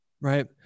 Right